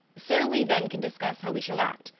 so we then can discuss how we shall act,